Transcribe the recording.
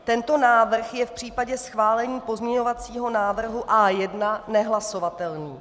Tento návrh je v případě schválení pozměňovacího návrhu A1 nehlasovatelný.